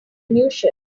unusual